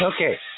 Okay